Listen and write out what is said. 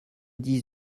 dix